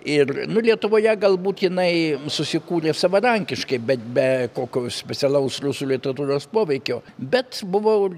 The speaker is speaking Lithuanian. ir nu lietuvoje galbūt jinai susikūrė savarankiškai bet be kokio specialaus rusų literatūros poveikio bet buvo